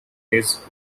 his